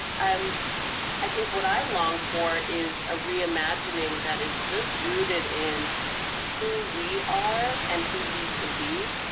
um i think what i long for is a reimagining that is just rooted in who we are and who we can be.